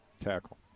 tackle